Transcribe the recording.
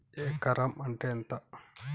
ఎకరం అంటే ఎంత?